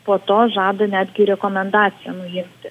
po to žada netgi rekomendaciją nuimti